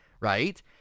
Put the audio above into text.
right